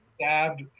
stabbed